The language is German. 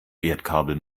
erdkabel